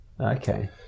Okay